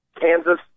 Kansas